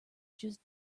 just